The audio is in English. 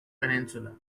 peninsula